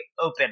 open